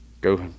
go